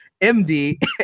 MD